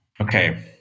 Okay